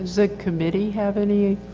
the committee have any